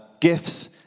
gifts